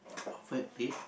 perfect date